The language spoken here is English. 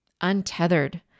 untethered